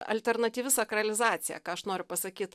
alternatyvi sakralizacija ką aš noriu pasakyt